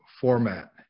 format